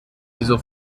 wieso